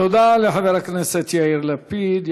תודה לחבר הכנסת יאיר לפיד.